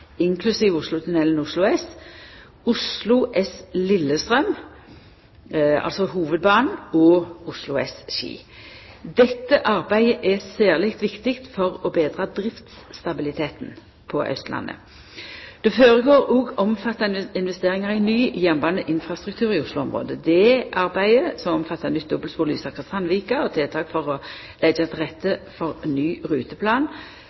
Oslo S–Lillestrøm, altså Hovudbanen, og Oslo S–Ski. Dette arbeidet er særleg viktig for å betra driftsstabiliteten på Austlandet. Det føregår òg omfattande investeringar i ny jernbaneinfrastruktur i Oslo-området, det arbeidet som omfattar dobbeltspor Lysaker–Sandvika og tiltak for å leggja til rette for ny ruteplan,